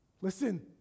listen